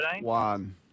one